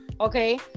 okay